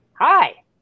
Hi